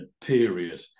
period